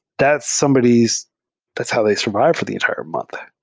that somebody's that's how they survive for the entire month.